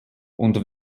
und